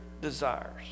desires